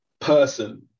person